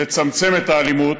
לצמצם את האלימות